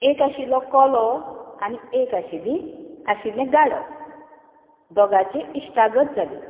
एक आशिल्लो कोलो आनी एक आशिल्ली आशिल्लें गाडव दोगांयची इश्टागत जाली